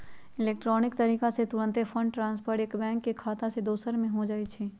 electronic तरीका से तूरंते फंड ट्रांसफर एक बैंक के खता से दोसर में हो जाइ छइ